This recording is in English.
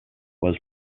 was